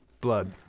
Blood